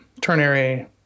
ternary